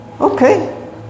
okay